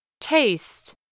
Taste